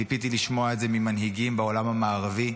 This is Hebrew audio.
ציפיתי לשמוע את זה ממנהיגים בעולם המערבי,